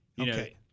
Okay